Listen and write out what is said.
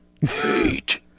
hate